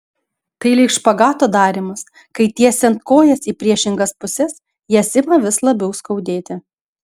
tai lyg špagato darymas kai tiesiant kojas į priešingas puses jas ima vis labiau skaudėti